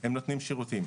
הם נותנים שירותים.